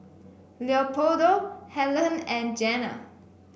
Leopoldo Hellen and Jenna